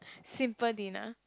simple dinner